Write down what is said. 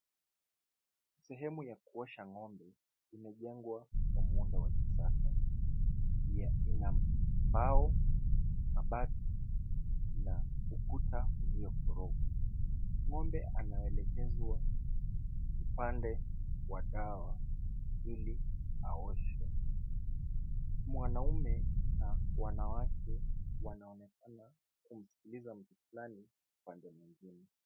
Sehemu ya kuosha ng'ombe imejengwa kwa muundo wa kisasa na ina mbao, mabati na ukuta uliokorogwa. Ng'ombe anaelekezwa upande wa dawa ili aoshwe. Mwanaume na wanawake wanaonekana kumskiliza mtu fulani upande mwingine.